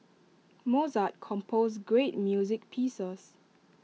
Mozart composed great music pieces